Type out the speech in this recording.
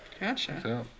Gotcha